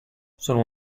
sono